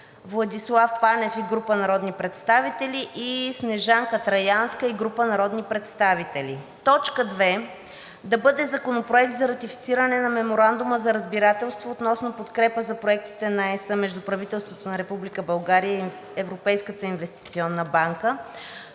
Владислав Панев и група народни представители; Снежанка Траянска и група народни представители. Точка втора да бъде Законопроектът за ратифициране на Меморандума за разбирателство относно подкрепа за проекти на Европейския съюз между правителството на Република България и Европейската инвестиционна банка.